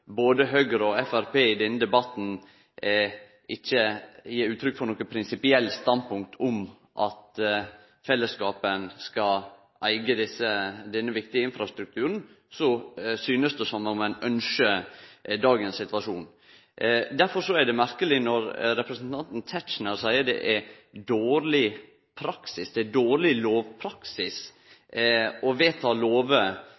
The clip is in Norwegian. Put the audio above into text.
både Høgre og Framstegspartiet i denne debatten ikkje gjev uttrykk for noko prinsipielt standpunkt om at fellesskapen skal eige denne viktige infrastrukturen, synest det som om ein ynskjer dagens situasjon. Derfor er det merkeleg når representanten Tetzschner seier det er dårleg lovpraksis å vedta lover på område der ein har ein tilstrekkeleg god situasjon i dag. Vel, det